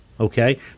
Okay